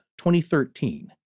2013